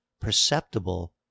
perceptible